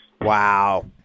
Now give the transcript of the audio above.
Wow